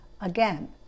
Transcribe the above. Again